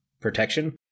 protection